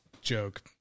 Joke